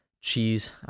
cheese